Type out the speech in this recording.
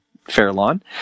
Fairlawn